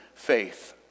faith